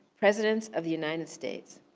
presidents of the united states.